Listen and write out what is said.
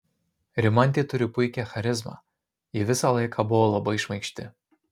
rimantė turi puikią charizmą ji visą laiką buvo labai šmaikšti